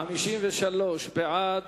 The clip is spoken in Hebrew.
53 בעד,